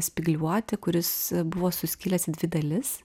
spygliuotį kuris buvo suskilęs į dvi dalis